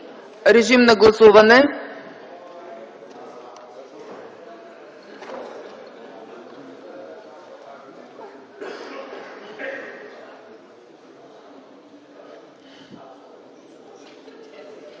режим на гласуване!